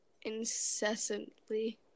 incessantly